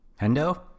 Hendo